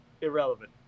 Irrelevant